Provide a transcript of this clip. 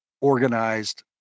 organized